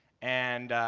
and